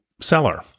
seller